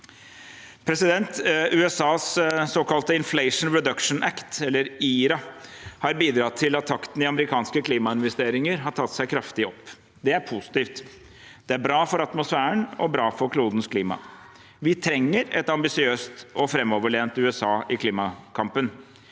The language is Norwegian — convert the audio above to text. Stortinget. USAs såkalte Inflation Reduction Act – IRA – har bidratt til at takten i amerikanske klimainvesteringer har tatt seg kraftig opp. Det er positivt. Det er bra for atmosfæren og bra for klodens klima. Vi trenger et ambisiøst og framoverlent USA i klimakampen.